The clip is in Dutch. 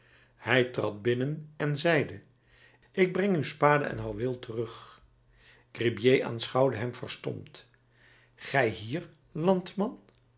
hij trad binnen en zeide ik breng uw spade en houweel terug gribier aanschouwde hem verstomd gij hier landman